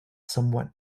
somewhat